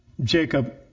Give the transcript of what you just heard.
jacob